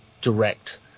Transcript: direct